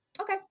okay